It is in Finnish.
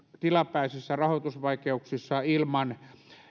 tilapäisissä rahoitusvaikeuksissa ilman